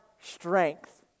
strength